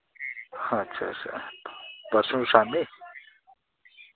अच्छा अच्छा परसुं शाम्मी